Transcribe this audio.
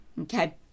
Okay